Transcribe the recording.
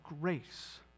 grace